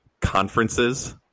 conferences